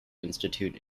institute